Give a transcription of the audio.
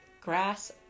grass